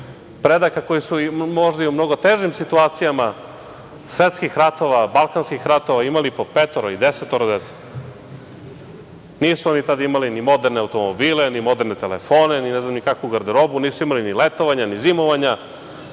predaka koji su možda u mnogo težim situacijama, svetskih ratova, balkanskih ratova imali po petoro, desetoro dece. Nisu oni tada imali ni moderne automobile, ni mobilne telefone, ni ne znam kakvu garderobu, nisu imali ni letovanja, ni zimovanja,